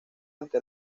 ante